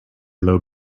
low